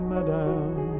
Madame